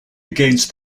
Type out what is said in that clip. against